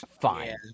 Fine